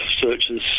searches